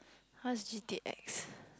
how's G_T_X